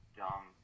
dumb